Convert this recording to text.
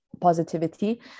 positivity